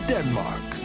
Denmark